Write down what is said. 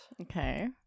Okay